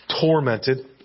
tormented